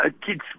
kids